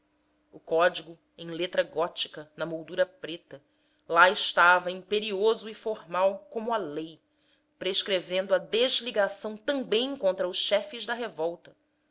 o código em letra gótica na moldura preta li estava imperioso e formal como a lei prescrevendo a desligação também contra os chefes da revolta